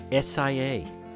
SIA